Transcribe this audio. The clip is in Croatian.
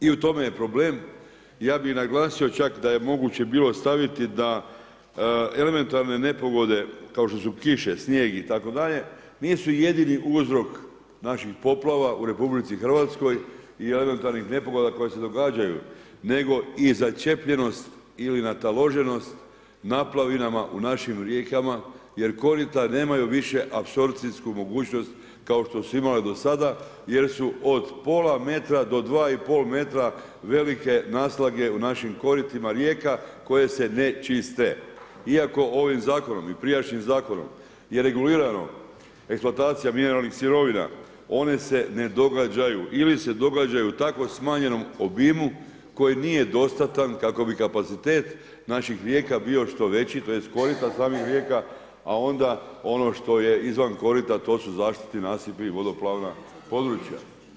I u tome je problem, ja bi naglasio čak da je moguće bilo staviti da elementarne nepogode kao što su kiše, snijeg itd., nisu jedini uzrok naših poplava u Rh i elementarnih nepogoda koje se događaju nego i začepljenost ili nataloženost naplavinama u našim rijekama jer korita nemaju više apsorpcijsku mogućnost kao što su imala do sada jer su od pola metra do 2,5 metra velike naslage u našim koritima rijeka koje se ne čiste iako ovim zakonom i prijašnjim zakonom je regulirano eksploatacija mineralnih sirovina, one se događaju, ili se događaju u tako smanjenom obimu koji nije dostatan kako bi kapacitet napih rijeka bio što veći, tj. korita samih rijeka a onda ono što je izvan korita, to su zaštitni nasipi, vodoplavna područja.